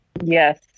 Yes